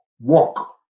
walk